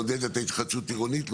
לעודד את ההתחדשות העירונית.